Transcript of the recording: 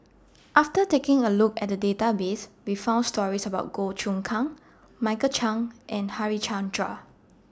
after taking A Look At The Database We found stories about Goh Choon Kang Michael Chiang and Harichandra